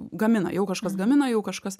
gamina jau kažkas gamina jau kažkas